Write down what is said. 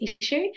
issue